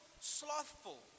slothful